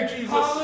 Jesus